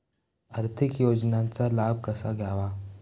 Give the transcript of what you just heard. आर्थिक योजनांचा लाभ कसा घ्यावा?